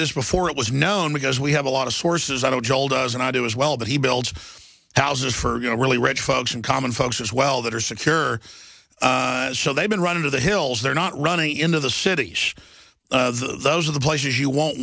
this before it was known because we have a lot of sources i know told us and i do as well but he builds houses for you know really rich folks in common folks as well that are secure and so they've been run into the hills they're not running into the cities of those are the places you won't